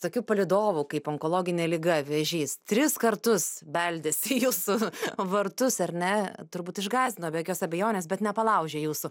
tokiu palydovu kaip onkologinė liga vėžys tris kartus beldėsi į jūsų vartus ar ne turbūt išgąsdino be jokios abejonės bet nepalaužė jūsų